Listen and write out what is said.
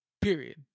Period